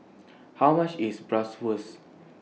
How much IS Bratwurst